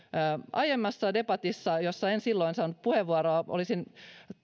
aiemmassa debatissa jossa en saanut puheenvuoroa olisin